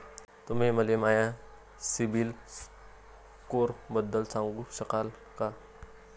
तुम्ही मले माया सीबील स्कोअरबद्दल सांगू शकाल का?